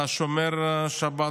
אתה שומר שבת?